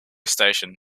station